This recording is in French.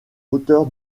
hauteur